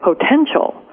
potential